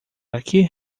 aqui